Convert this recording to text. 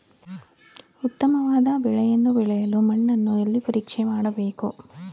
ಉತ್ತಮವಾದ ಬೆಳೆಯನ್ನು ಬೆಳೆಯಲು ಮಣ್ಣನ್ನು ಎಲ್ಲಿ ಪರೀಕ್ಷೆ ಮಾಡಬೇಕು?